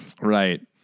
right